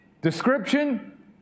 description